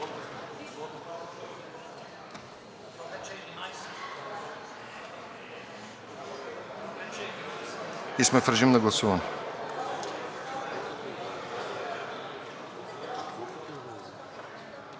И сме в режим на гласуване.